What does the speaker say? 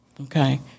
Okay